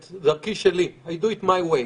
את דרכי שלי, I do it my way.